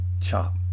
Chop